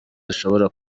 zishobora